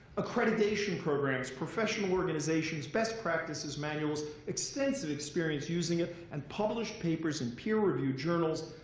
accreditation programs, professional organizations, best practices manuals, extensive experience using it, and published papers in peer reviewed journals.